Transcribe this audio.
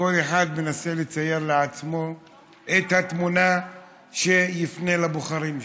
וכל אחד מנסה לצייר על עצמו את התמונה שתפנה לבוחרים שלו.